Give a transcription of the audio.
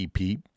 EP